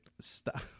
Stop